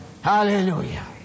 Hallelujah